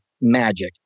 magic